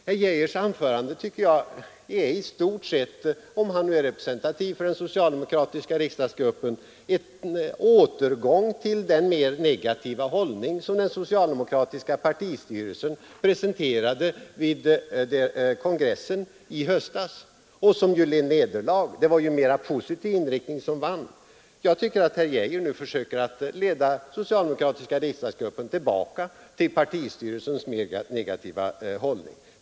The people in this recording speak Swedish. Herr Geijers anförande innebär i stort sett — om han nu är representativ för den socialdemokratiska riksdagsgruppen — en återgång till den mer negativa hållning som den socialdemokratiska partistyrelsen presenterade vid kongressen i höstas och som där led nederlag. Det var ju en mer positiv inriktning som vann. Jag tycker att herr Geijer försöker leda den socialdemokratiska riksdagsgruppen tillbaka till partistyrelsens mer negativa hållning.